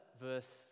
verse